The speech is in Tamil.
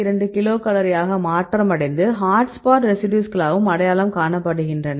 2 கிலோகலோரி ஆக மாற்றமடைந்து ஹாட்ஸ்பாட் ரெசிடியூஸ்களாகவும் அடையாளம் காணப்படுகின்றன